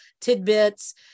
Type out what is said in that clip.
tidbits